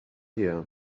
here